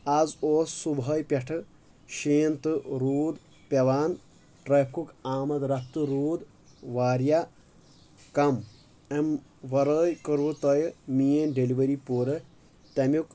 آز اوس صبحٲے پٮ۪ٹھہٕ شیٖن تہٕ روٗد پٮ۪وان ٹریفِکُک آمد رفتہٕ روٗد واریاہ کم امہِ ورٲے کٔروُ تۄہہِ میٲنۍ ڈیٚلؤری پوٗرٕ تمیُک